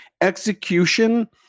Execution